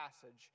passage